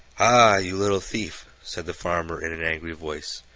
ah, you little thief! said the farmer in an angry voice.